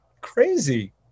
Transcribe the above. crazy